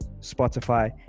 Spotify